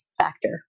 factor